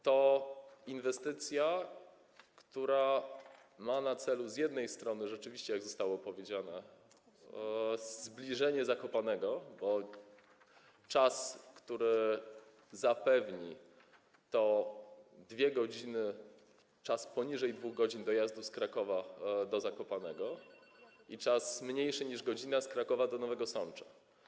To inwestycja, która ma na celu z jednej strony rzeczywiście, jak zostało powiedziane, zbliżenie Zakopanego, bo czas dojazdu, który zapewni, to 2 godziny, czas poniżej 2 godzin z Krakowa do Zakopanego i czas krótszy niż godzina z Krakowa do Nowego Sącza.